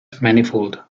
manifold